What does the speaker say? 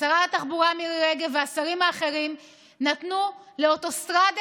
ושרת התחבורה מירי רגב והשרים האחרים נתנו לאוטוסטרדה